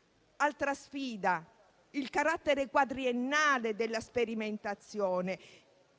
data dal carattere quadriennale della sperimentazione.